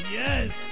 yes